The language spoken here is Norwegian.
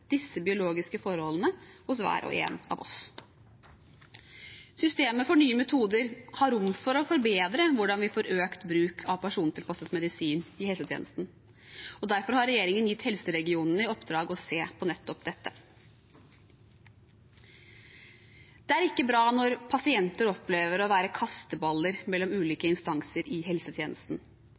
disse biologiske forholdene hos hver og en av oss. Systemet for nye metoder har rom for å forbedre hvordan vi får økt bruk av persontilpasset medisin i helsetjenesten. Derfor har regjeringen gitt helseregionene i oppdrag å se på nettopp dette. Det er ikke bra når pasienter opplever å være kasteballer mellom ulike instanser i helsetjenesten.